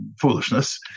foolishness